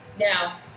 Now